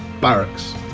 barracks